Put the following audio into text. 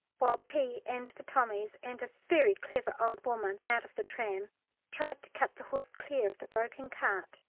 while p. and the tommies and a very clever old woman out of the tram tried to cut the horse clear of the broken cart,